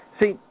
See